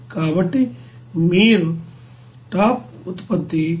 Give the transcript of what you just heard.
కాబట్టి మీరు టాప్ ఉత్పత్తి 173